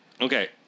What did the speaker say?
Okay